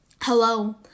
hello